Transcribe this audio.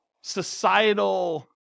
societal